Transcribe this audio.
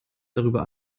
darüber